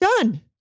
done